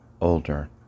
older